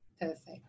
Perfect